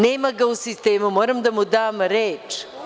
Nema vas u sistemu, a moram da vam dam reč.